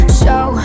show